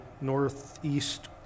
northeast